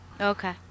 Okay